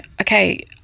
okay